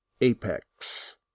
Apex